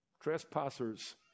Trespassers